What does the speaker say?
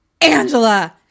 Angela